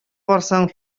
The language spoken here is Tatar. барсаң